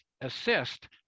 assist